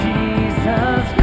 Jesus